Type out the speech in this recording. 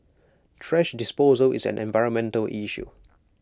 thrash disposal is an environmental issue